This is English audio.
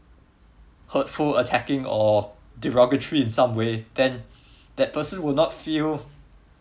hurtful attacking or derogatory in some way then that person will not feel